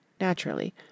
naturally